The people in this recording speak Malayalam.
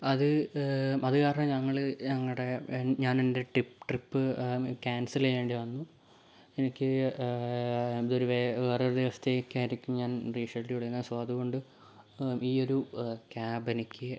അത് അത് കാരണം ഞങ്ങൾ ഞങ്ങളുടെ ഞാൻ എൻ്റെ ടിപ്പ് ട്രിപ്പ് ക്യാൻസൽ ചെയ്യേണ്ടി വന്നു എനിക്ക് വേറെ ഒരു സ്റ്റേയ്ക്ക് ആയിരിക്കും ഞാൻ റീഷെഡ്യുൾ ചെയ്യുന്നത് സൊ അതുകൊണ്ട് ഈ ഒരു ക്യാബ് എനിക്ക്